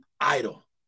idol